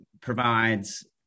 provides